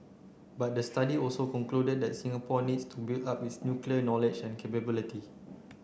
but the study also concluded that Singapore needs to build up its nuclear knowledge and capability